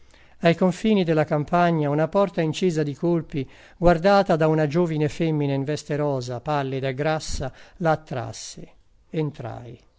campana fini della campagna una porta incisa di colpi guardata da una giovine femmina in veste rosa pallida e grassa la attrasse entrai